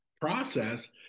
process